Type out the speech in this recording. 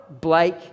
Blake